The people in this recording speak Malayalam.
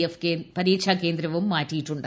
എഫ് പരീക്ഷാകേന്ദ്രവും മാറ്റിയിട്ടുണ്ട്